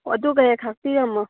ꯑꯣ ꯑꯗꯨꯒ ꯍꯦꯛ ꯈꯥꯛꯄꯤꯔꯝꯃꯣ